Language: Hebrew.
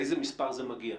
לאיזה מספר זה מגיע?